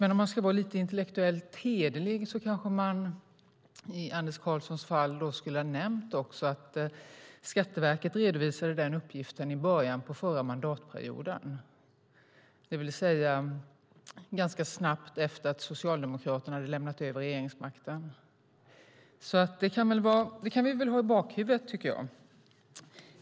Men om Hans Karlsson skulle ha varit intellektuellt hederlig kanske han också skulle ha nämnt att Skatteverket redovisade den uppgiften i början av förra mandatperioden, det vill säga ganska snabbt efter det att Socialdemokraterna hade lämnat över regeringsmakten. Det kan vi väl ha i bakhuvudet, tycker jag.